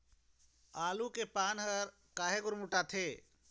आलू के पान हर काहे गुरमुटाथे?